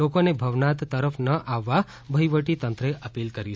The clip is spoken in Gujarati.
લોકોને ભવનાથ તરફ ન આવવા વહીવટી તંત્રએ અપીલ કરી છે